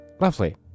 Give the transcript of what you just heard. Lovely